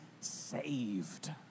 saved